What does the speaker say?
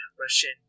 Russian